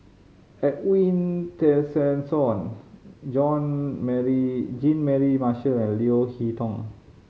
Edwin Tessensohn John Mary Jean Mary Marshall and Leo Hee Tong